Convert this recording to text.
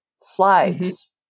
slides